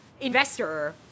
investor